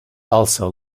also